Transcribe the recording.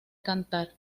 cantar